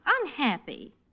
unhappy